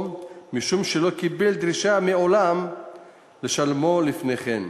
משום שלא קיבל מעולם דרישה לשלמו לפני כן.